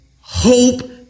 hope